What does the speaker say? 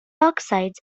oxides